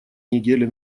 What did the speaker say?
недели